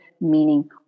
meaning